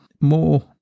more